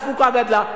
התפוקה גדלה,